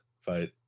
Fight